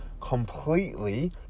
completely